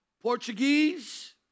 Portuguese